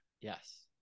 Yes